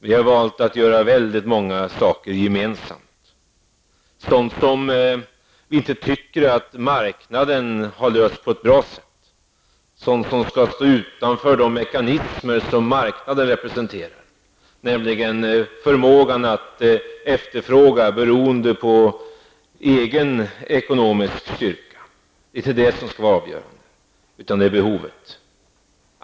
Vi har valt att göra många saker gemensamt -- sådant som vi inte tycker att marknaden har löst på ett bra sätt eller sådant som skall stå utanför de mekanismer som marknaden representerar, nämligen förmågan att efterfråga beroende på egen ekonomisk styrka. Det är inte den egna ekonomiska styrkan som skall vara avgörande, utan behovet.